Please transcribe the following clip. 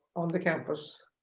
on the campus